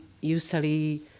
usually